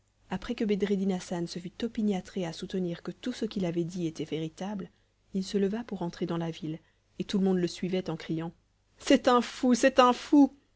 après que bedreddin hassan se fut opiniâtré à soutenir que tout ce qu'il avait dit était véritable il se leva pour entrer dans la ville et tout le monde le suivait en criant c'est un fou c'est un fou